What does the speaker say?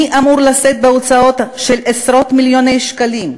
מי אמור לשאת בהוצאות של עשרות-מיליוני שקלים,